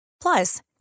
Plus